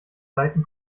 seiten